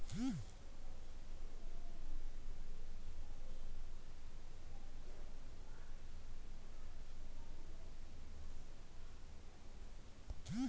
community bank ಸ್ವಸಹಾಯ ಗುಂಪುಗಳನ್ನು ಸ್ಥಾಪಿಸಲು ಹಣಕಾಸಿನ ಸಹಾಯ ನೀಡುತ್ತೆ